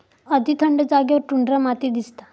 अती थंड जागेवर टुंड्रा माती दिसता